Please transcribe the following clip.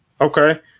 Okay